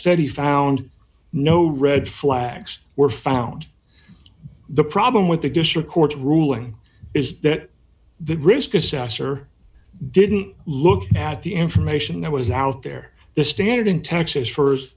study found no red flags were found the problem with the district court ruling is that the risk assessor didn't look at the information that was out there the standard in texas